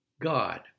God